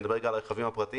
אני מדבר על הרכבים הפרטיים.